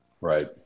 Right